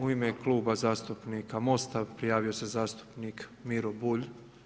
U ime Kluba zastupnika MOST-a prijavio se zastupnik Miro Bulj.